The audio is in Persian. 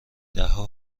دهها